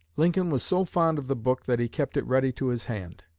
lincoln was so fond of the book that he kept it ready to his hand.